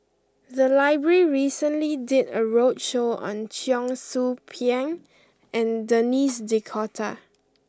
the library recently did a roadshow on Cheong Soo Pieng and Denis D'Cotta